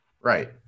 Right